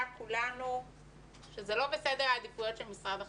כולנו שזה לא בסדר העדיפויות של משרד החינוך.